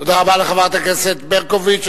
תודה רבה לחברת הכנסת ברקוביץ.